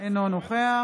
אינו נוכח